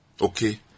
Okay